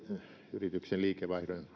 yrityksen liikevaihdon